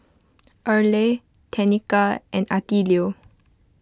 Erle Tenika and Attilio